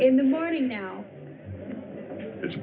in the morning now it's